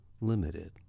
limited